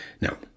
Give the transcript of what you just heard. Now